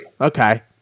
Okay